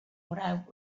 what